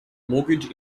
mortgage